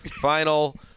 final